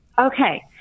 Okay